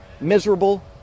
miserable